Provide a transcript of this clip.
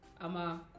ama